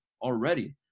already